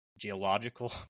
geological